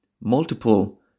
multiple